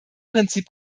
prinzip